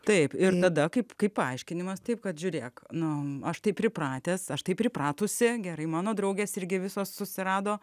taip ir tada kaip kaip paaiškinimas taip kad žiūrėk nu aš taip pripratęs aš taip pripratusi gerai mano draugės irgi visos susirado